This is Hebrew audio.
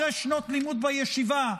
אחרי שנות לימוד בישיבה,